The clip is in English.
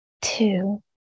two